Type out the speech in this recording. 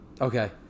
Okay